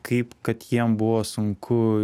kaip kad jiem buvo sunku